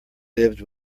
lived